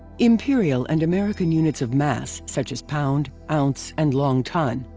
imperial and american units of mass such as pound, ounce and long ton,